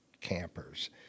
campers